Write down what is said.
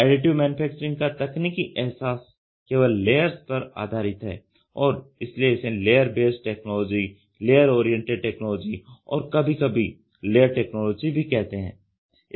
additive manufacturing का तकनीकी एहसास केवल लेयर्स पर आधारित है और इसलिए इसे layer based technology layer oriented technology और कभी कभी लेयर टेक्नोलॉजी भी कहते हैं